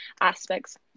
aspects